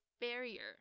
barrier